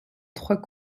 trois